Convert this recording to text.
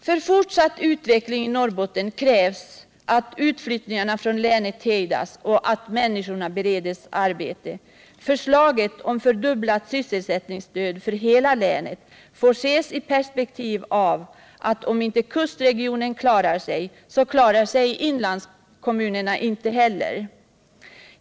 För fortsatt utveckling i Norrbotten krävs att utflyttningarna från länet hejdas och att människorna bereds arbete. Förslaget om fördubblat sysselsättningsstöd för hela länet får ses i perspektiv av att om inte kustregionen klarar sig så klarar sig inte inlandskommunerna heller.